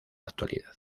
actualidad